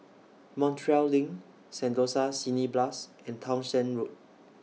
Montreal LINK Sentosa Cineblast and Townshend Road